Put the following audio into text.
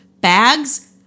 Bags